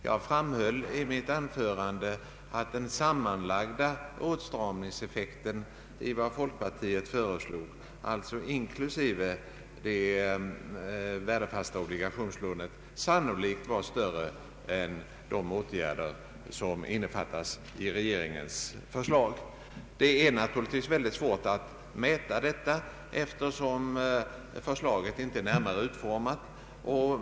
Jag framhöll i mitt anförande att den sammanlagda åtstramningseffekten i de åtgärder folkpartiet föreslagit, alltså inklusive det värdefasta obligationslånet, sannolikt var större än i de åtgärder som innefattas i regegeringens förslag. Det är naturligtvis mycket svårt att mäta detta, eftersom vårt förslag om obligationslån inte är utformat i detalj.